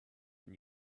and